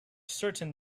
certain